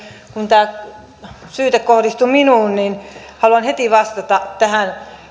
kun tämä syyte kohdistui minuun niin haluan heti vastata tähän